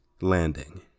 landing